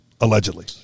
allegedly